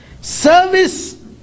Service